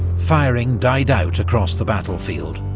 firing died out across the battlefield,